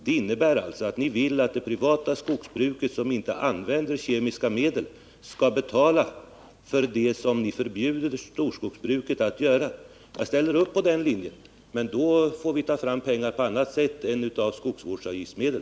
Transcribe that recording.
Det innebär att ni villatt de privata skogsägarna, som inte använder kemiska medel, skall betala de merutgifter som uppstår därför att ni vill förbjuda storskogsbruken att använda kemiska bekämpningsmedel. Jag ställer i princip upp på ert förslag, men då måste pengarna tas från annat håll än från skogsvårdsmedel.